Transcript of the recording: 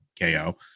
KO